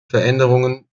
veränderungen